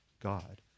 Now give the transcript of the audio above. God